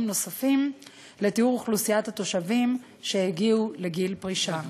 נוספים לתיאור אוכלוסיית התושבים שהגיעו לגיל פרישה.